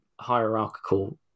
hierarchical